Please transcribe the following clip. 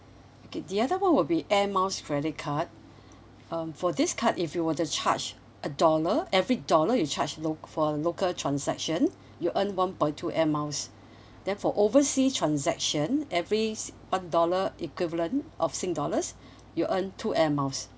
okay the other one will be air miles credit card um for this card if you were to charge a dollar every dollar you charge lo~ for a local transaction you earn one point two air miles then for oversea transaction every si~ one dollar equivalent of sing dollars you earn two air miles